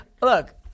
look